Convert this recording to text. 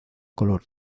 color